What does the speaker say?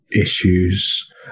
issues